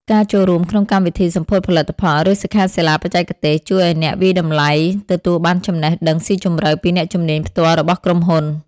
ការចូលរួមក្នុងកម្មវិធីសម្ពោធផលិតផល ឬសិក្ខាសាលាបច្ចេកទេស ជួយឱ្យអ្នកវាយតម្លៃទទួលបានចំណេះដឹងស៊ីជម្រៅពីអ្នកជំនាញផ្ទាល់របស់ក្រុមហ៊ុន។